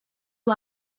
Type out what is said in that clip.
you